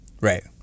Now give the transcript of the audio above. Right